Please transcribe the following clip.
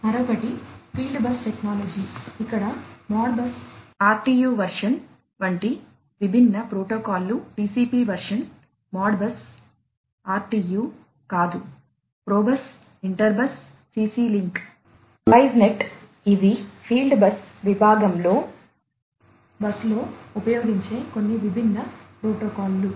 మరొకటి field bus technology ఇవి field bus విభాగంలో ఫీల్డ్ బస్సులో ఉపయోగించే కొన్ని విభిన్న ప్రోటోకాల్లు